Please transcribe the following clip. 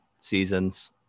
seasons